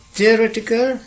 theoretical